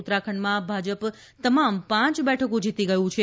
ઉત્તરાખંડમાં ભાજપ તમામ પ બેઠકો જીતી ગ્યું છે